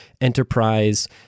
enterprise